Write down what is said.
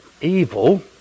evil